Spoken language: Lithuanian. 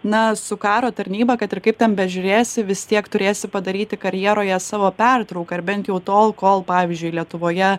na su karo tarnyba kad ir kaip ten bežiūrėsi vis tiek turėsi padaryti karjeroje savo pertrauką ar bent jau tol kol pavyzdžiui lietuvoje